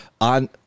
on